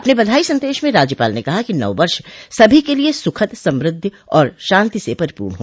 अपने बधाई संदेश में राज्यपाल ने कहा कि नव वर्ष सभी के लिये सुख समृद्धि और शांति से परिपूर्ण हो